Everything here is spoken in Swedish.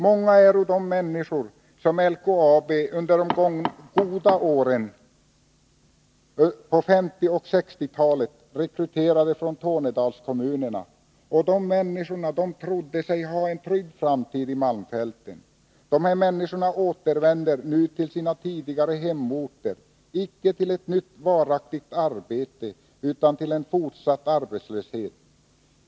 Många är de människor som LKAB under de goda åren på 1950 och 1960-talet rekryterade från Tornedalskommunerna, och de människorna trodde sig ha en trygg framtid i malmfälten. Dessa människor återvänder nu tillsina tidigare hemorter, icke till ett nytt varaktigt arbete utan till en fortsatt arbetslöshet.